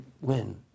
win